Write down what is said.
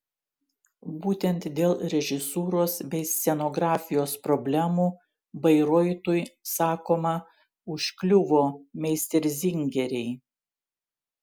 būtent dėl režisūros bei scenografijos problemų bairoitui sakoma užkliuvo meisterzingeriai